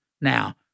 Now